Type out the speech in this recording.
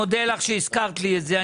אני מודה לך שהזכרת לי את זה.